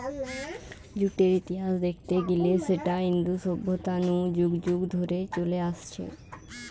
জুটের ইতিহাস দেখতে গিলে সেটা ইন্দু সভ্যতা নু যুগ যুগ ধরে চলে আসছে